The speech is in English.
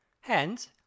Hence